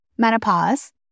menopause